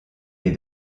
les